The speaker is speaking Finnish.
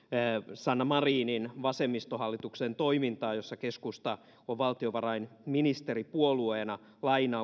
sanna marinin vasemmistohallituksen toimintaa jossa keskusta on valtiovarainministeripuolueena